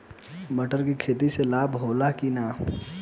मटर के खेती से लाभ होला कि न?